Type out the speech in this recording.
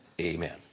Amen